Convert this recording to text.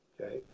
okay